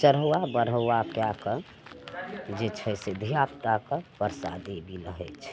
चढ़ौआ बढ़ौआ कए कऽ जे छै से धियापुता सब प्रसादी बिलहय छै